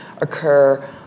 occur